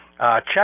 Check